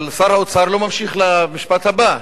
אבל שר האוצר לא ממשיך למשפט הבא,